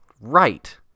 right